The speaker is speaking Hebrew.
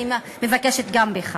אני מבקשת גם ממך.